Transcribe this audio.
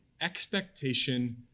expectation